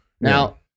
Now